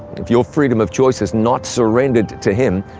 if your freedom of choice is not surrendered to him,